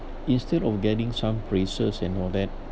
instead of getting some praises and all that